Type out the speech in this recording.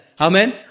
Amen